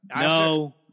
No